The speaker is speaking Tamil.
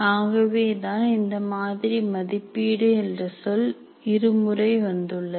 ஆகவே தான் இந்த மாதிரி மதிப்பீடு என்ற சொல் இரு முறை வந்துள்ளது